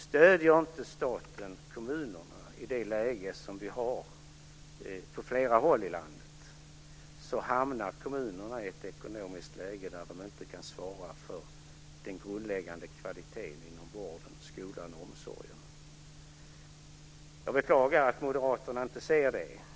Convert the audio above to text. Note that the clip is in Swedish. Stöder inte staten kommunerna i det läge som man har på flera håll i landet hamnar kommunerna i en ekonomisk situation där de inte kan svara för den grundläggande kvaliteten inom vården, skolan och omsorgen. Jag beklagar att Moderaterna inte kan inse det.